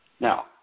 Now